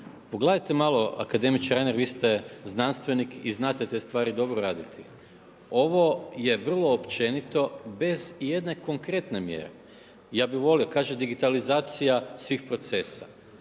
Pogledate malo, akademiče Reiner vi ste znanstvenik i znate te stvari dobro raditi, ovo je vrlo općenito bez ijedne konkretne mjere. Ja bi volio, kaže digitalizacija svih procesa,